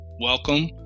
welcome